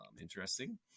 interesting